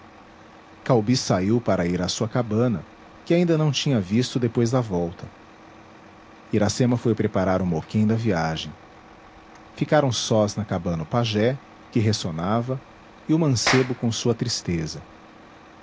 caubi saiu para ir à sua cabana que ainda não tinha visto depois da volta iracema foi preparar o moquém da viagem ficaram sós na cabana o pajé que ressonava e o mancebo com sua tristeza